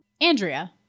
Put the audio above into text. Andrea